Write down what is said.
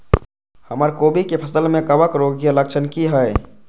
हमर कोबी के फसल में कवक रोग के लक्षण की हय?